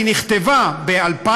היא נכתבה ב-2000,